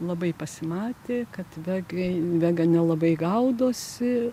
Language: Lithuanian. labai pasimatė kad vegai vega nelabai gaudosi